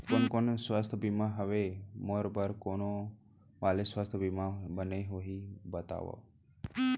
कोन कोन स्वास्थ्य बीमा हवे, मोर बर कोन वाले स्वास्थ बीमा बने होही बताव?